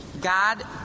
God